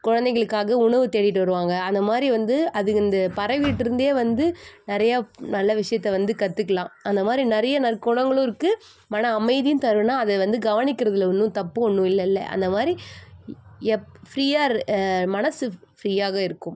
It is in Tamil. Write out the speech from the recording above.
குழந்தைகளுக்காக உணவு தேடிகிட்டு வருவாங்கள் அந்த மாதிரி வந்து அதுங்கள் இந்த பறவைகள்டேயிர்ந்தே வந்து நிறையா நல்ல விஷயத்தை வந்து கற்றுக்கலாம் அந்த மாதிரி நிறைய நற்குணங்களும் இருக்குது மன அமைதியும் தரும்னா அது வந்து கவனிக்கிறதில் ஒன்றும் தப்பு ஒன்றும் இல்லைல அந்த மாதிரி எப் ஃப்ரீயாக இர் மனது ஃப்ரீயாக இருக்கும்